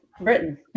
Britain